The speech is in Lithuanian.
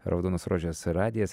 raudonos rožės radijas